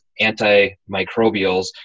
antimicrobials